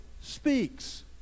speaks